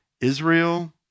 Israel